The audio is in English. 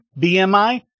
BMI